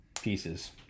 pieces